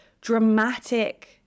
dramatic